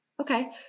Okay